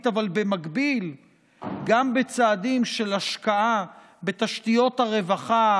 אבל במקביל גם בצעדים של השקעה בתשתיות הרווחה,